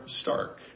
stark